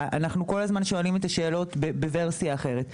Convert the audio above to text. אנחנו כל הזמן שואלים את השאלות בוורסיה אחרת.